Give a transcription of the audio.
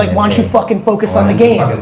like why don't you fucking focus on the game?